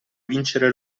vincere